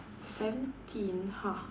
seventeen !huh!